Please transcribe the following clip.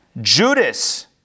Judas